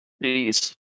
Please